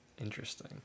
Interesting